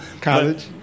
College